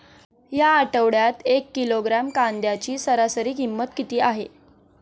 या आठवड्यात एक किलोग्रॅम कांद्याची सरासरी किंमत किती आहे?